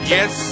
Yes